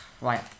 Right